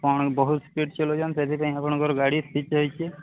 କ'ଣ ବହୁତ ସ୍ପିଡ ଚଲଉଛନ୍ତି ତେବେ ଯାଇ ଆପଣଙ୍କର ଗାଡ଼ି ସିଜ୍ ହୋଇଛି